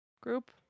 group